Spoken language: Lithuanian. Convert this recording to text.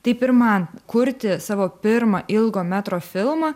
taip ir man kurti savo pirmą ilgo metro filmą